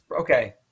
Okay